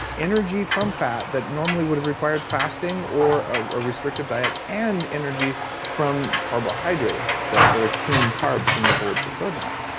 energy from fat that normally would've required fasting or a restrictive diet and energy from carbohydrates that that are clean carbs from the bulletproof roadmap.